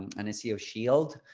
and an seo shield.